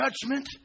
judgment